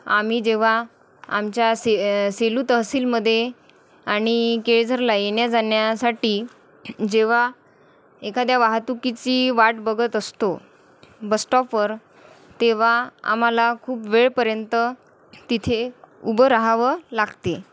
आम्ही जेव्हा आमच्या से सेलू तहसीलमध्ये आणि केळझरला येण्याजाण्यासाठी जेव्हा एखाद्या वाहतुकीची वाट बघत असतो बसस्टॉपवर तेव्हा आम्हाला खूप वेळपर्यंत तिथे उभं राहावं लागते